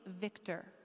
victor